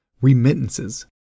remittances